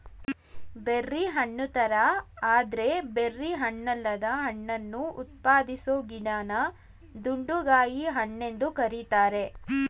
berry ಹಣ್ಣುತರ ಆದ್ರೆ berry ಹಣ್ಣಲ್ಲದ ಹಣ್ಣನ್ನು ಉತ್ಪಾದಿಸೊ ಗಿಡನ ದುಂಡುಗಾಯಿ ಹಣ್ಣೆಂದು ಕರೀತಾರೆ